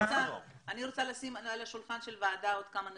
עכשיו אני רוצה לשים על השולחן של הוועדה עוד כמה נתונים,